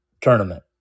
tournament